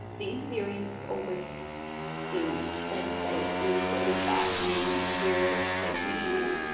the interviewees all lived in all the states and included bagmen, shearers, station hands,